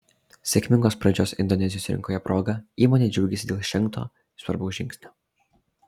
sėkmingos pradžios indonezijos rinkoje proga įmonė džiaugiasi dėl žengto svarbaus žingsnio